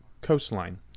coastline